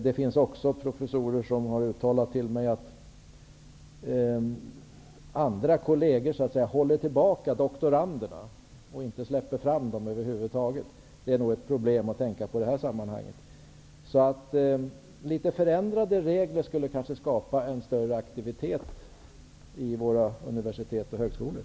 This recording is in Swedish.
Det finns också professorer som har påtalat för mig att andra kolleger håller tillbaka och inte släpper fram doktoranderna. Det är ett problem att tänka på i det här sammanhanget. Litet förändrade regler skulle kanske skapa en större aktivitet på våra universitet och högskolor.